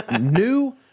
new